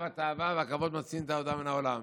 והתאווה והכבוד מוציאים את האדם מן העולם".